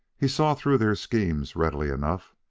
he saw through their schemes readily enough,